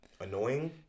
Annoying